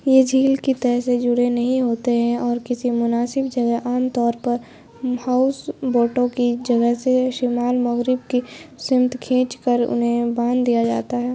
یہ جھیل کی تہہ سے جڑے نہیں ہوتے ہیں اور کسی مناسب جگہ عام طور پر ہاؤس بوٹوں کی جگہ سے شمال مغرب کی سمت کھینچ کر انہیں باندھ دیا جاتا ہے